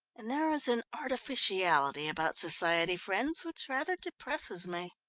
and there is an artificiality about society friends which rather depresses me.